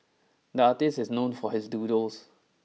the artist is known for his doodles